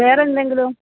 വേറെ എന്തെങ്കിലും